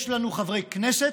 יש לנו חברי כנסת,